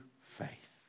faith